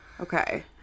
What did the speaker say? okay